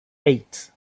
eight